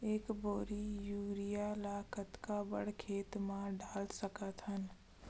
एक बोरी यूरिया ल कतका बड़ा खेत म डाल सकत हन?